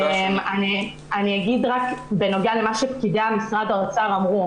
אני אגיד רק בנוגע למה שפקידי האוצר אמרו